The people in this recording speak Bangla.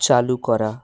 চালু করা